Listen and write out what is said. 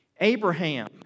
Abraham